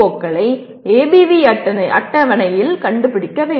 க்களை ஏபிவி அட்டவணையில் கண்டுபிடிக்க வேண்டும்